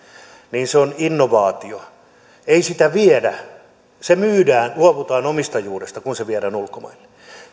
niin se on innovaatio ei sitä viedä vaan se myydään luovutaan omistajuudesta kun se viedään ulkomaille